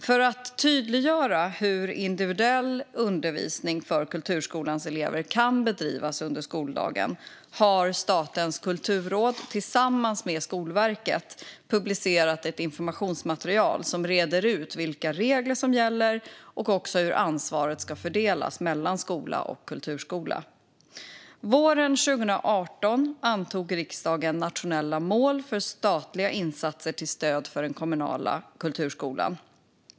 För att tydliggöra hur individuell undervisning för kulturskolans elever kan bedrivas under skoldagen har Statens kulturråd tillsammans med Skolverket publicerat ett informationsmaterial som reder ut vilka regler som gäller och hur ansvaret fördelas mellan skola och kulturskola. Våren 2018 antog riksdagen nationella mål för statliga insatser till stöd för den kommunala kulturskolan.